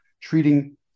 treating